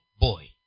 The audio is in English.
boy